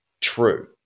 true